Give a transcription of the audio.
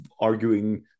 arguing